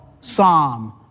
Psalm